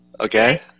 okay